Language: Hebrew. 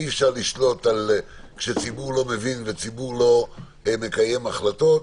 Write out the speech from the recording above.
אי אפשר לשלוט כשציבור לא מבין ולא מקיים החלטות.